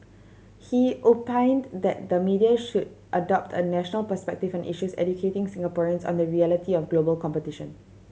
he opined that the media should adopt a national perspective on issues educating Singaporeans on the reality of global competition